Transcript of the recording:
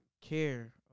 care